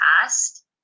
past